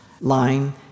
line